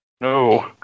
No